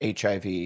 hiv